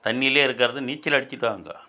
தண்ணிலயே இருக்கிறது நீச்சல் அடிச்சுட்டு வாங்க